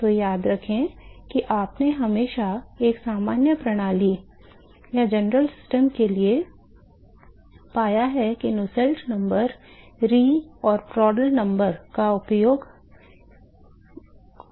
तो याद रखें कि आपने हमेशा एक सामान्य प्रणाली के लिए पाया है कि नुसेल्ट नंबर re और प्रांडल नंबर का कुछ कार्य है